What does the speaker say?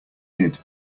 did